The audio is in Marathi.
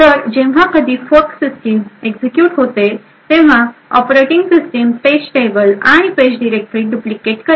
तर जेव्हा कधी फोर्क सिस्टिम एक्झिक्युट होते तेव्हा ऑपरेटिंग सिस्टीम पेज टेबल आणि पेज डिरेक्टरी डुप्लिकेट करते